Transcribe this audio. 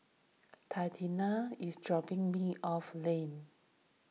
Tatiana is dropping me off Lane